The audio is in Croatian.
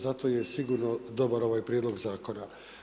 Zato je sigurno dobar ovaj Prijedlog zakona.